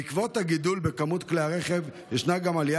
בעקבות הגידול בכמות כלי הרכב ישנה גם עלייה